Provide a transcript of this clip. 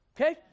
okay